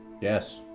Yes